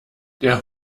der